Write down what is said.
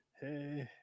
Hey